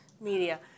media